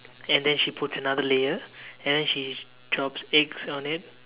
and then she puts another layer and then she drops eggs on it